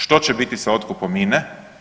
Što će biti sa otkupom INE?